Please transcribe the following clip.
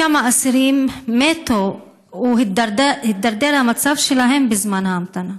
2. כמה אסירים מתו או הידרדר המצב שלהם בזמן ההמתנה?